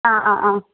ആ ആ ആ